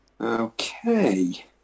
Okay